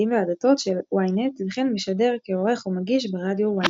והדתות של ynet וכן משדר כעורך ומגיש ברדיו ynet.